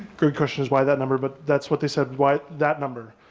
good question is why that number, but that's what they said, why that number,